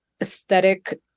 aesthetic